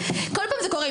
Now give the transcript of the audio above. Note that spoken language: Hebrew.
כל פעם זה קורה,